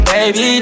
Baby